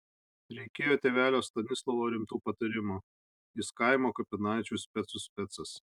reikėjo tėvelio stanislovo rimtų patarimų jis kaimo kapinaičių specų specas